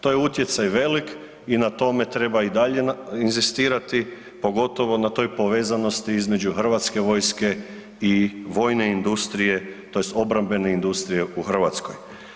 To je utjecaj velik i na tome treba i dalje inzistirati pogotovo na toj povezanosti između hrvatske vojske i vojne industrije, tj. obrambene industrije u Hrvatskoj.